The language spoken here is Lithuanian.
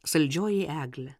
saldžioji eglė